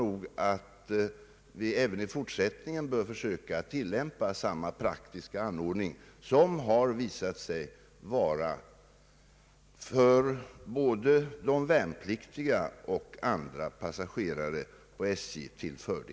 Jag tror att vi även i fortsättningen bör försöka tillämpa samma praktiska anordning som har visat sig vara till fördel för både de värnpliktiga och SJ:s övriga passagerare.